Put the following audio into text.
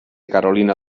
carolina